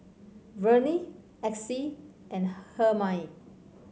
Verne Exie and Hermine